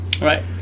Right